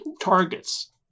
targets